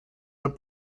del